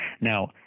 Now